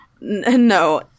No